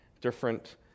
different